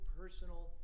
personal